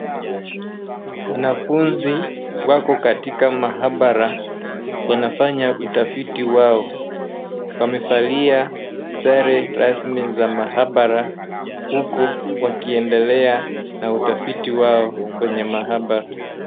wanafunzi wako katika maabara wanafanya utafiti wao, wamevalia sare rasmi za maabara huku wakiendelea na uafiti wao kwenye maabara.